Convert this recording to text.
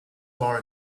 bar